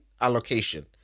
allocation